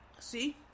see